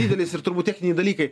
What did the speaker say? didelis ir turbūt techniniai dalykai